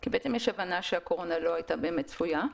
כי בעצם יש הבנה שהקורונה לא הייתה באמת צפויה.